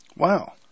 Wow